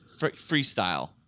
freestyle